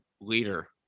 leader